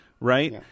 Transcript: right